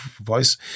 voice